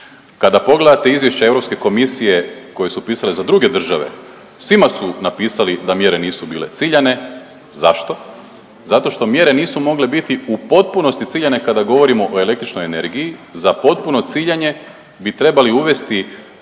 Kada pogledate izvješća Europske komisije koje su pisale za druge države svima su napisali da mjere nisu bile ciljane, zašto? Zato što mjere nisu mogle biti u potpunosti ciljane kada govorimo o električnoj energiji, za potpuno ciljanje bi trebali uvesti